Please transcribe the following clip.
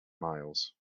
miles